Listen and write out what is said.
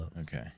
Okay